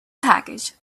package